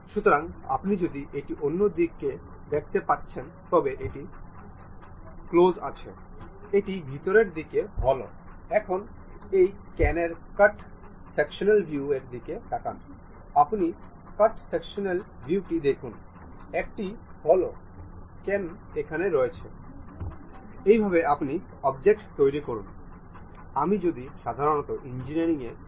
এবং settings motion সেটিংসে আমরা 30 হিসাবে প্রতি সেকেন্ডে ফ্রেমগুলি তৈরি করব আপনি ঠিক আছে ক্লিক করুন